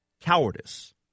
cowardice